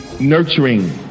nurturing